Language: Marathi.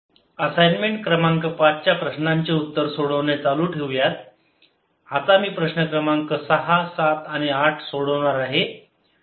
प्रॉब्लेम्स 6 8 असाइनमेंट क्रमांक पाच च्या प्रश्नांचे उत्तर सोडवणे चालू ठेवूया आता मी प्रश्न क्रमांक 6 7 आणि 8 सोडवणार आहे